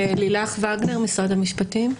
לילך וגנר, משרד המשפטים.